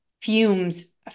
fumes